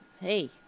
Hey